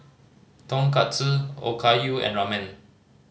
Tonkatsu Okayu and Ramen